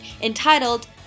entitled